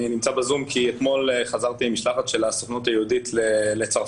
אני נמצא בזום כי אתמול חזרתי עם המשלחת של הסוכנות היהודית לצרפת.